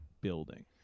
building